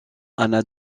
anna